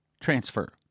transfer